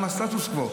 זה שבירת הסטטוס קוו.